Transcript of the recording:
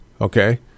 okay